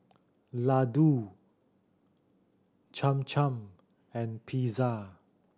Ladoo Cham Cham and Pizza